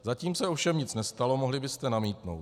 Zatím se ovšem nic nestalo, mohli byste namítnout.